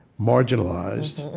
marginalized,